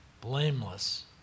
Blameless